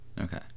Okay